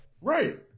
Right